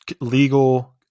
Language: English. legal